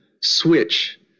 switch